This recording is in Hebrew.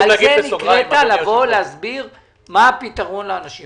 האם אתה יכול להסביר מה הפתרון לאנשים האלה?